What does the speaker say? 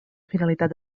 finalitat